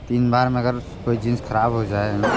तीन बार में अगर कोई जींस ख़राब हो जाए